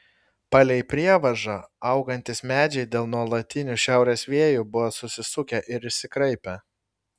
palei prievažą augantys medžiai dėl nuolatinių šiaurės vėjų buvo susisukę ir išsikraipę